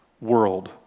world